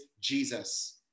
Jesus